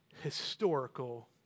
historical